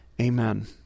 amen